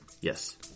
Yes